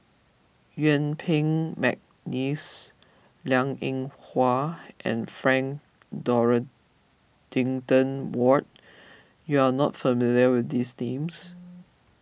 Yuen Peng McNeice Liang Eng Hwa and Frank Dorrington Ward you are not familiar with these names